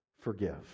Forgive